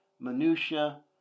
minutiae